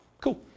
Cool